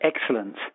excellent